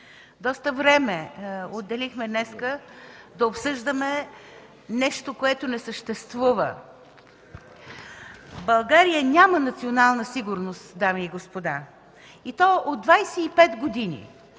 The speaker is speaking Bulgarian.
Доста време отделихме днес да обсъждаме нещо, което не съществува. България няма национална сигурност, дами и господа, и то от 25 години.